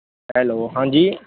hello ਹਾਂਜੀ